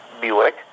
Buick